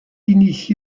initié